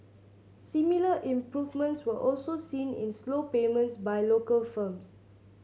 similar improvements were also seen in slow payments by local firms